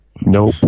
Nope